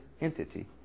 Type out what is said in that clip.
entity